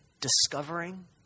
discovering